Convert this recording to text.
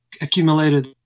accumulated